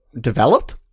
developed